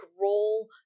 role